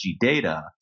data